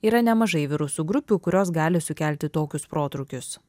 yra nemažai virusų grupių kurios gali sukelti tokius protrūkius